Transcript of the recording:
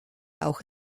auch